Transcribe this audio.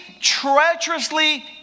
treacherously